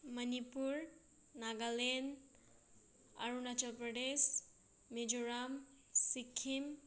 Manipur Nagaland Arunachal Pradesh Mizoram Sikkim